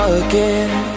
again